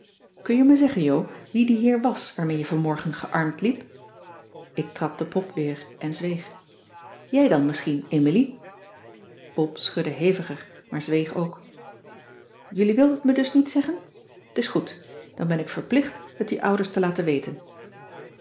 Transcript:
kun je me zeggen jo wie die heer was waarmee je vanmorgen geàrmd liep ik trapte pop weer en zweeg jij dan misschien emilie pop schudde heviger maar zweeg ook jullie wilt het me dus niet zeggen t is goed dan ben ik verplicht het je ouders te laten weten